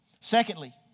Secondly